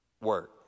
work